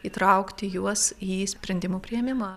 įtraukti juos jį sprendimų priėmimą